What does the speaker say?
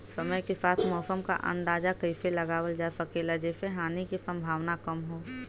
समय के साथ मौसम क अंदाजा कइसे लगावल जा सकेला जेसे हानि के सम्भावना कम हो?